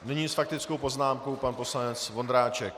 Nyní s faktickou poznámkou pan poslanec Vondráček.